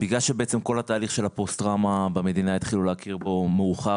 בגלל שהתחילו להכיר בתהליך של הפוסט-טראומה בשלב מאוחר,